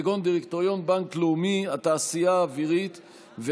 כגון דירקטוריון בנק לאומי והתעשייה האווירית,